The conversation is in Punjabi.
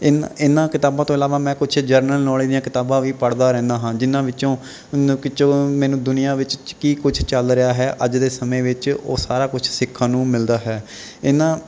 ਇਨ੍ਹਾਂ ਇਨ੍ਹਾਂ ਕਿਤਾਬਾਂ ਤੋਂ ਇਲਾਵਾ ਮੈਂ ਕੁਛ ਜਰਨਲ ਨੌਲੇਜ ਦੀਆਂ ਕਿਤਾਬਾਂ ਵੀ ਪੜ੍ਹਦਾ ਰਹਿੰਦਾ ਹਾਂ ਜਿਨ੍ਹਾਂ ਵਿੱਚੋਂ ਵਿੱਚੋਂ ਮੈਨੂੰ ਦੁਨੀਆ ਵਿੱਚ ਕੀ ਕੁਝ ਚੱਲ ਰਿਹਾ ਹੈ ਅੱਜ ਦੇ ਸਮੇਂ ਵਿੱਚ ਉਹ ਸਾਰਾ ਕੁਝ ਸਿੱਖਣ ਨੂੰ ਮਿਲਦਾ ਹੈ ਇਨ੍ਹਾਂ